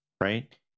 right